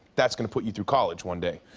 that's going to put you through college one day.